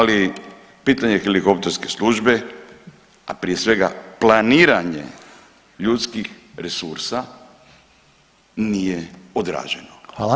Ali pitanje helikopterske službe, a prije svega planiranje ljudskih resursa nije odrađeno.